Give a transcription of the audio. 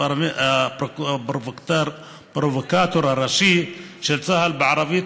מדרגה הפרובוקטור הראשי של צה"ל בערבית,